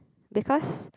because